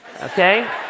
Okay